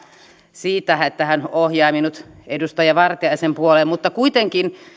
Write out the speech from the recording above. siitä että hän ohjasi minut edustaja vartiaisen puoleen mutta kuitenkin